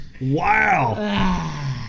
Wow